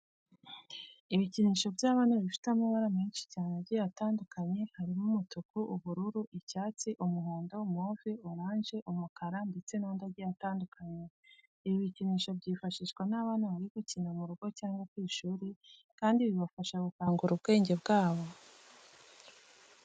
Ibikinisho by'abana bifite amabara menshi cyane agiye atandukanye harimo umutuku, ubururu, icyatsi, umuhondo, move, oranje, umukara ndetse n'andi agiye atandukanye. Ibi bikinisho byifashishwa n'abana bari gukina mu rugo cyangwa ku ishuri kandi bibafasha gukangura ubwenge bwabo.